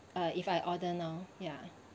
uh if I order now ya